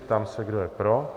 Ptám se, kdo je pro.